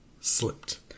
slipped